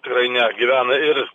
tikrai ne gyvena ir